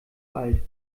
alt